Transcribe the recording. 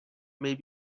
may